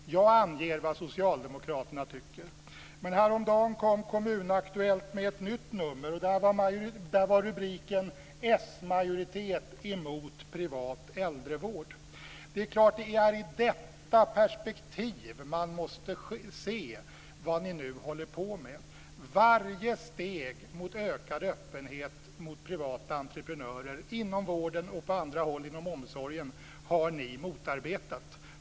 Jag anger vad socialdemokraterna tycker. Men häromdagen kom Kommun-Aktuellt med ett nytt nummer. Där var rubriken "S-majoritet emot privat äldrevård". Det är förstås i detta perspektiv man måste se vad ni nu håller på med. Varje steg mot ökad öppenhet mot privata entreprenörer inom vården och på andra håll inom omsorgen har ni motarbetat.